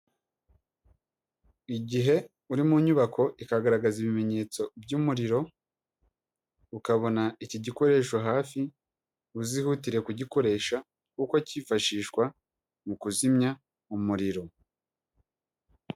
Igihe uri mu nyubako ikagaragaza ibimenyetso by'umuriro, ukabona iki gikoresho hafi uzihutire kugikoresha kuko cyifashishwa mu kuzimya umuriro.